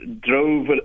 drove